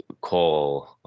call